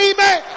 Amen